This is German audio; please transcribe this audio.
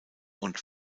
und